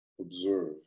observe